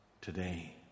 today